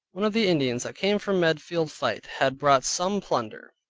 one of the indians that came from medfield fight, had brought some plunder,